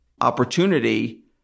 opportunity